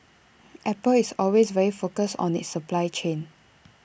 apple is always very focused on its supply chain